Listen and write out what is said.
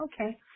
Okay